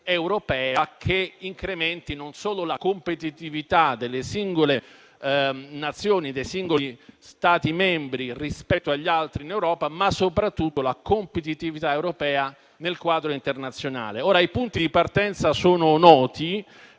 europea che incrementi non solo la competitività dei singoli Stati membri rispetto agli altri in Europa, ma anche e soprattutto la competitività europea nel quadro internazionale. I punti di partenza sono noti